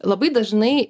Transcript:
labai dažnai